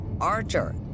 Archer